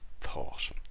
thought